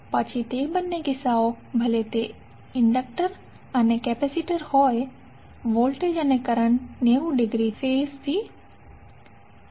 પછી તે બંને કિસ્સાઓ પછી ભલે તે ઇન્ડક્ટર અને કેપેસિટર હોય વોલ્ટેજ અને કરંટ 90 ડિગ્રી ફેઝથી આઉટ ઓફ ફેઇઝ હશે